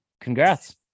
congrats